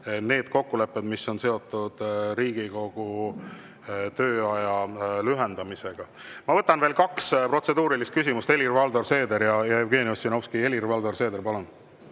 need kokkulepped, mis on seotud Riigikogu tööaja lühendamisega. Ma võtan veel kaks protseduurilist küsimust: Helir-Valdor Seeder ja Jevgeni Ossinovski. Helir-Valdor Seeder, palun!